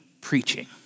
preaching